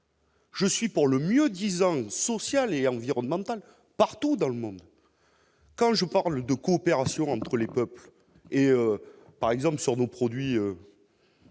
Je suis pour le mieux-disant social et environnemental, partout dans le monde, quand je parle de coopération entre les peuples et par exemple sur nos produits.